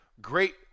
great –